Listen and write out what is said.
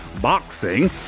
boxing